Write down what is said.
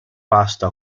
pasto